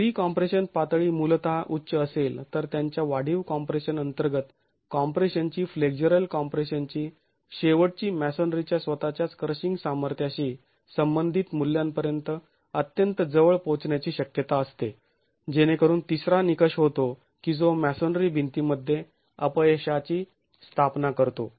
pre compression पातळी मूलतः उच्च असेल तर त्यांच्या वाढीव कॉम्प्रेशन अंतर्गत कॉम्प्रेशन ची फ्लेक्झरल कॉम्प्रेशन ची शेवटची मॅसोनरीच्या स्वतःच्याच क्रशिंग सामर्थ्याशी संबंधित मूल्यांपर्यंत अत्यंत जवळ पोहचण्याची शक्यता असते जेणेकरून तिसरा निकष होतो की जो मॅसोनरी भिंतीमध्ये अपयशाची स्थापना करतो